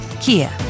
Kia